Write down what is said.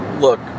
Look